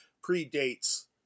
predates